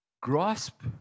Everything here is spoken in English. Grasp